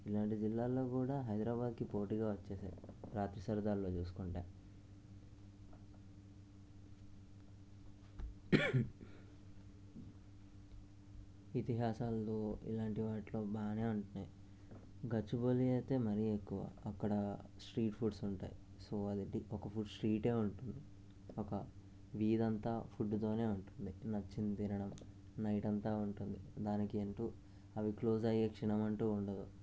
ఇలాంటి జిల్లాల్లో కూడా హైదరాబాద్కి పోటీగా వచ్చాయి రాత్రి సరదాలలో చూసుకుంటే ఇతిహాసంలో ఇలాంటి వాటిలో బాగా ఉంటాయి గచ్చిబౌలి అయితే మరీ ఎక్కువ అక్కడ స్ట్రీట్ ఫుడ్స్ ఉంటాయి సో అది ఒక స్ట్రీటే ఉంటుంది ఒక వీధి అంతా ఫుడ్డుతో ఉంటుంది నచ్చింది తినడం నైట్ అంతా ఉంటుంది దానికి ఎంతో అవి క్లోజ్ అయ్యే క్షణం అంటు ఉండదు